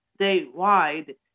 statewide